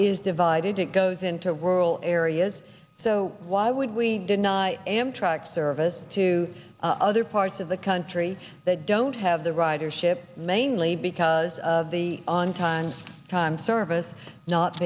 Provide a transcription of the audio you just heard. is divided it goes into rural areas so why would we deny amtrak service to other parts of the country that don't have the ridership mainly because of the on time time service not